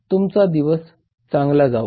तुमचा दिवस चांगला जावो